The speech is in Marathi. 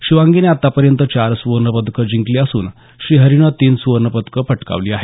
शिवांगीनं आतापर्यंत चार सुवर्णपदकं जिंकली असून श्रीहरिनं तीन सुवर्णपदकं पटकवली आहेत